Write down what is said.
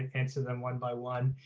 answer them one by one.